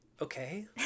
Okay